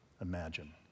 imagine